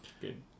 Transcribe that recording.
Good